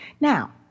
Now